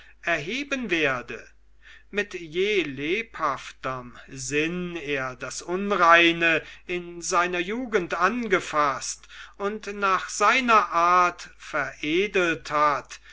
erheben werde mit je lebhafterm sinn er das unreine in seiner jugend angefaßt und nach seiner art veredelt hat